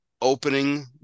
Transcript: opening